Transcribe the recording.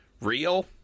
real